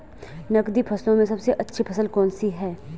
नकदी फसलों में सबसे अच्छी फसल कौन सी है?